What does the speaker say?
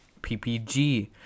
PPG